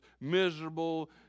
miserable